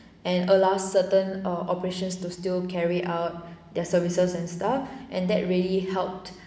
and allows certain err operations to still carry out their services and stuff and that really helped